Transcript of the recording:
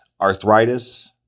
arthritis